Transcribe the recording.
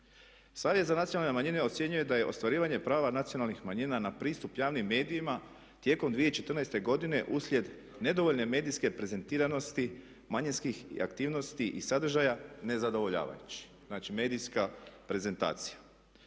Savjet za nacionalne manjine ocjenjuje da je ostvarivanje prava nacionalnih manjina na pristup javnim medijima tijekom 2014. godine uslijed nedovoljne medijske prezentiranosti manjinskih aktivnosti i sadržaja ne zadovoljavajući. Znači, medijska prezentacija.